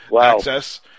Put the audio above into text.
access